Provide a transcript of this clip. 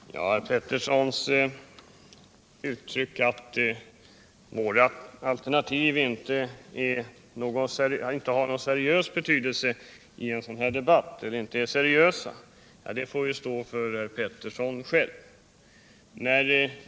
Herr talman! Per Peterssons uttryck att vårt alternativ inte är seriöst får naturligtvis stå för honom själv.